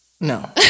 No